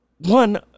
one